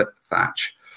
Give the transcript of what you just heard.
thatch